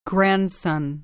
Grandson